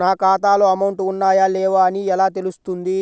నా ఖాతాలో అమౌంట్ ఉన్నాయా లేవా అని ఎలా తెలుస్తుంది?